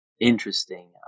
interesting